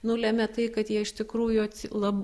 nulėmė tai kad jie iš tikrųjų atsi lab